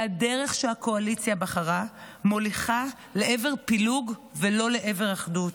שהדרך שהקואליציה בחרה מוליכה לעבר פילוג ולא לעבר אחדות.